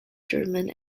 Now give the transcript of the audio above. german